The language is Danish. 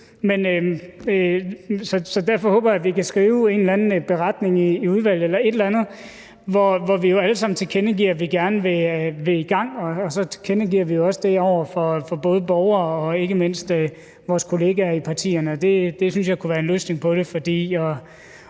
Derfor håber jeg, at vi kan skrive en eller anden beretning i udvalget, hvor vi jo alle sammen tilkendegiver, at vi gerne vil i gang. For så tilkendegiver vi jo også det over for både borgere og ikke mindst vores kollegaer i partierne. Det synes jeg kunne være en løsning på det.